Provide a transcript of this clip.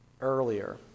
earlier